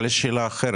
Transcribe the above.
אבל יש לי שאלה אחרת,